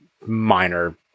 minor